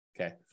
Okay